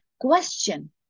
question